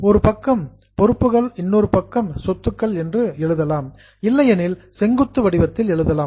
ஒரு பக்கம் பொறுப்புகள் இன்னொரு பக்கம் சொத்துக்கள் என்றும் எழுதலாம் இல்லையெனில் செங்குத்து வடிவத்தில் எழுதலாம்